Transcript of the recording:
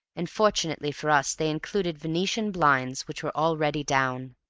and fortunately for us they included venetian blinds which were already down.